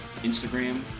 Instagram